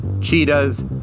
cheetahs